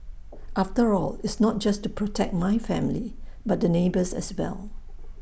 after all it's not just to protect my family but the neighbours as well